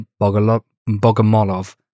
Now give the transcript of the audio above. Bogomolov